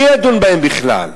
מי ידון בהם בכלל?